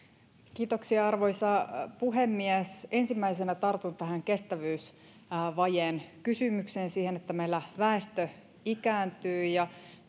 arvoisa puhemies ensimmäisenä tartun tähän kestävyysvajeen kysymykseen siihen että meillä väestö ikääntyy ja